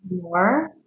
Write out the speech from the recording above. more